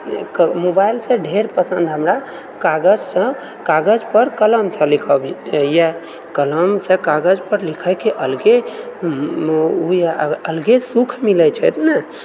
मोबाइलसँ ढेर पसन्द हमरा कागजसँ कागज पर कलमसँ लिखब यऽ कलमसँ कागज पर लिखैके अलगे यऽ अलगे सुख मिलैत छैक ने